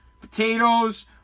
Potatoes